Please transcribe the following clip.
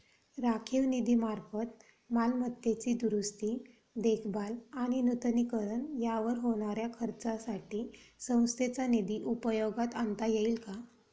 राखीव निधीमार्फत मालमत्तेची दुरुस्ती, देखभाल आणि नूतनीकरण यावर होणाऱ्या खर्चासाठी संस्थेचा निधी उपयोगात आणता येईल का?